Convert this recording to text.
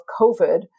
COVID